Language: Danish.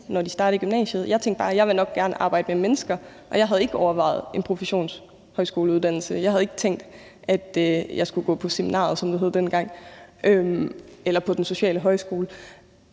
når de starter i gymnasiet. Jeg tænkte bare, at jeg nok gerne ville arbejde med mennesker, og jeg havde ikke overvejet en professionshøjskoleuddannelse. Jeg havde ikke tænkt, jeg skulle gå på seminaret, som det hed dengang, eller på Den Sociale Højskole.